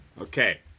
Okay